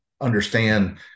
understand